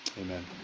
Amen